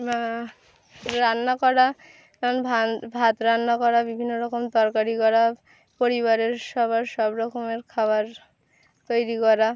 রান্না করা যেমন ভ ভাত রান্না করা বিভিন্ন রকম তরকারি করা পরিবারের সবার সব রকমের খাবার তৈরি করা